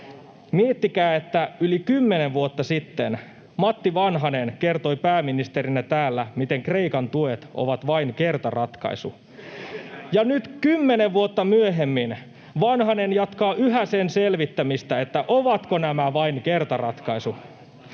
Miettikää, että yli kymmenen vuotta sitten Matti Vanhanen kertoi pääministerinä täällä, miten Kreikan tuet ovat vain kertaratkaisu. Ja nyt kymmenen vuotta myöhemmin Vanhanen jatkaa yhä sen selvittämistä, [Mikko Savolan välihuuto